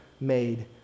made